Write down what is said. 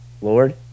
Lord